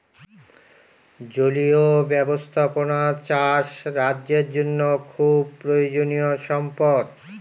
জলীয় ব্যাবস্থাপনা চাষ রাজ্যের জন্য খুব প্রয়োজনীয়ো সম্পদ